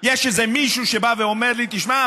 יש איזה מישהו שבא ואומר לי: תשמע,